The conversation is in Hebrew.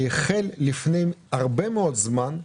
שהחל לפני הרבה מאוד זמן,